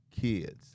kids